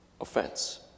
offense